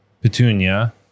Petunia